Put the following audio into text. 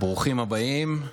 ברוכים הבאים,